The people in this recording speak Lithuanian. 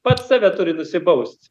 pats save turi nusibaust